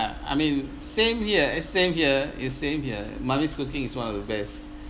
I mean same here same here it's same here mummy's cooking is one of the best